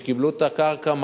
שקיבלו את הקרקע,